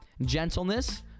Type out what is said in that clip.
gentleness